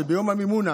שביום המימונה